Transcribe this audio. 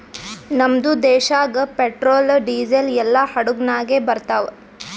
ನಮ್ದು ದೇಶಾಗ್ petrol, diesel ಎಲ್ಲಾ ಹಡುಗ್ ನಾಗೆ ಬರ್ತಾವ್